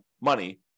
money